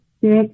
six